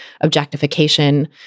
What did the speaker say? objectification